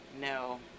No